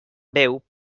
veu